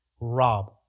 rob